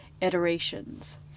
iterations